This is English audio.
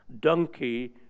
donkey